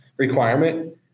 requirement